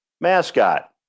mascot